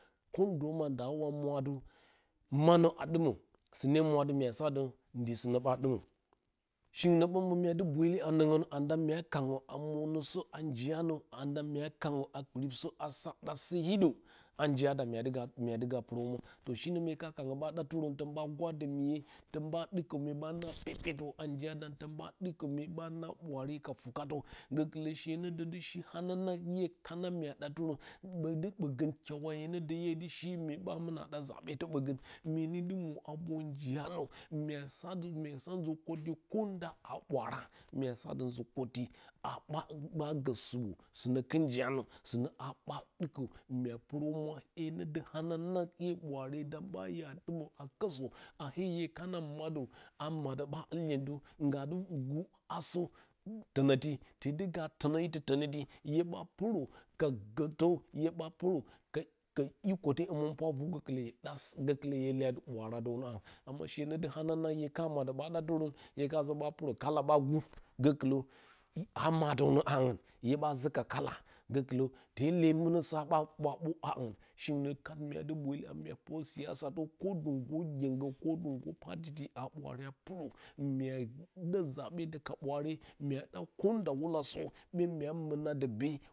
Kondoma ndawa mwattɨ manə a dɨma sɨne mwati myosati ndi sɨnə ɓa dɨmə shiung nə ɓmbə mya dɨ buae a nongrə anda myo kango a monəsə a njiyanə anda mya kango a kilosə asa ɗase hiɗə a njiya dam muadriga myadɨga purohumwa to shinə mye ka kango ɓa ɗatirə douɓa gwado miye tou ɓa dɨkə myeɓana a njina dam touɓa drik mue ɓa na ɓwaare ka sukatə gokutə she no də ɗi shi hananang ine kana mua ɗatɨrən ɓotɨ ɓogə kyawane nə dəriye dɨ she mye ɓa muna da ɓogə mye dɨ mwi a vor njiya nə mya sati muaa sati nzi kottə ko nda aa ɓwaara mua sa ti nzi kotti a ba ɓa gə si sinə vɨr njiya sɨnə a ɓa ɗɨkə mya purohumwa he no sinə a ɓa dɨkə mya purohumwa he no də hanang ine ɓwaredam ɓa kazuwa ɗɨmə a kɨtsə a hye hye kana maɗo, a maɗo ɓ ul inentə nga dɨ vu as ə tonətɨ tedɨ ga tono iti tonotɨ hye bapɨrə ka gotə hye ɓa purə ka ka iko. həmɨnpwa a vu govulə hye ɗas gokwə hue leya dɨ ɓwaara dəu naa amma shenə də hananang hue ka madə ɓa ɗatɨrən hue ba za ɓa purə kala ɓagu go kɨlə a madaw nə a haangu hye ɓa zə ka kala gokɨlə tele munə ɓa ɓa bow a haungn shiungnə kat mya dɨ bwele a mua purə siyasa ko di ndo nguengo ko ndɨ ndo ji a ɓwaare purə mya ɗa zabe ka bwaare mya ɗa kondawabosə ɓe mya muna dɨ be.